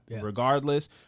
regardless